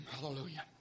Hallelujah